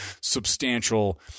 substantial